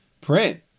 print